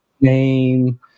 name